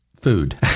food